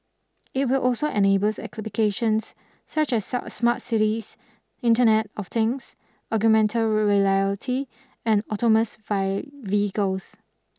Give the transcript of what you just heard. it will also enables applications such as smart cities Internet of Things augmented reality and vehicles